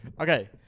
Okay